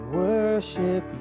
worship